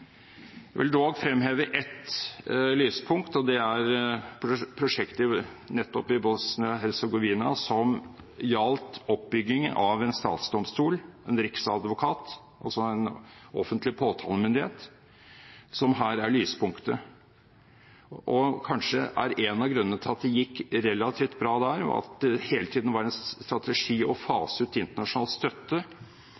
vil dog fremheve ett lyspunkt, og det er nettopp prosjektet i Bosnia-Hercegovina som gjaldt oppbyggingen av en statsdomstol, en riksadvokat – altså en offentlig påtalemyndighet – som her er lyspunktet, og kanskje er en av grunnene til at det gikk relativt bra der, at det hele tiden var en strategi å